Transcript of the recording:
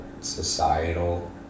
societal